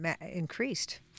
increased